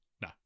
No